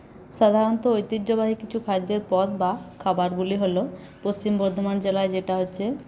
সাধারণত ঐতিহ্যবাহী কিছু খাদ্যের পদ বা খাবারগুলি হল পশ্চিম বর্ধমান জেলায় যেটা হচ্ছে